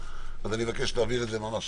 אני מבקש להעביר ממש